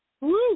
Woo